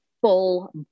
full